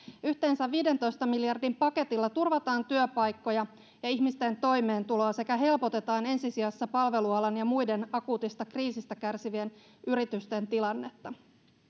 yhteensä viidentoista miljardin paketilla turvataan työpaikkoja ja ja ihmisten toimeentuloa sekä helpotetaan ensi sijassa palvelualan ja muiden akuutista kriisistä kärsivien yritysten tilannetta